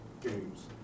games